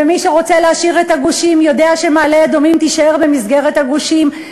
ומי שרוצה להשאיר את הגושים יודע שמעלה-אדומים תישאר במסגרת הגושים,